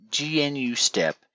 GNU-STEP